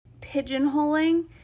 pigeonholing